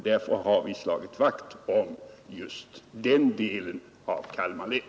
Därför har vi slagit vakt om just den delen av Kalmar län.